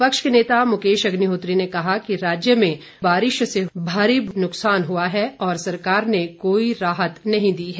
विपक्ष के नेता मुकेश अग्निहोत्री ने कहा कि राज्य में भारी बारिश से बहुत नुकसान हुआ है और सरकार ने कोई राहत नहीं दी है